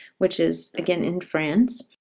which is again in france.